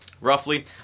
roughly